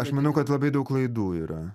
aš manau kad labai daug klaidų yra